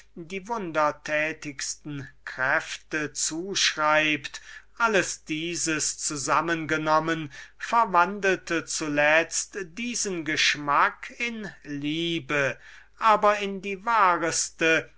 die wundertätigsten kräfte zuschreibt alles dieses zusammen genommen verwandelte zuletzt diesen geschmack in liebe aber in die wahreste